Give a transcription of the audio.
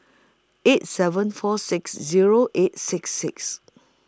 eight seven four six Zero eight six six